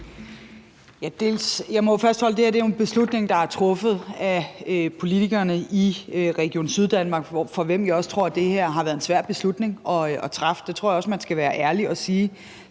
Jeg må fastholde, at det her er en beslutning, der er truffet af politikerne i Region Syddanmark, for hvem jeg også tror det her har været en svær beslutning at træffe. Det tror jeg også man skal være ærlig at sige.